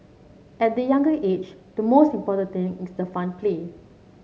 at the younger age the most important thing is the fun play